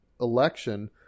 election